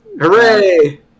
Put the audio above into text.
hooray